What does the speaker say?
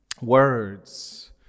words